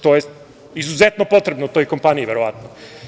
To je izuzetno potrebno toj kompaniji verovatno.